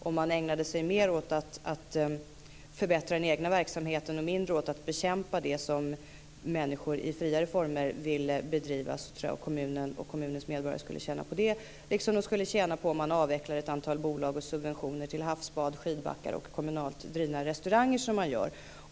Om man mera ägnade sig åt att förbättra den egna verksamheten och mindre åt att bekämpa sådant som människor i friare former vill bedriva tror jag att kommunen och dess medborgare skulle tjäna på det, liksom de skulle tjäna på avvecklandet av ett antal bolag och subventioner till havsbad, skidbackar och kommunalt drivna restauranger.